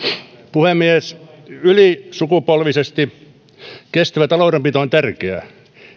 puhemies ylisukupolvisesti kestävä taloudenpito on tärkeää